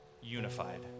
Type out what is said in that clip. unified